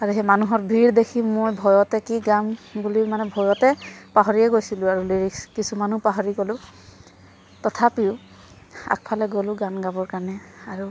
আৰু সেই মানুহৰ ভিৰ দেখি মই ভয়তে কি গাম বুলি মানে ভয়তে পাহৰিয়ে গৈছিলোঁ আৰু লিৰিক্স কিছুমানো পাহৰি গলোঁ তথাপিও আগফালে গ'লোঁ গান গাবৰ কাৰণে আৰু